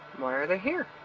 why are they here?